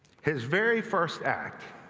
his very first act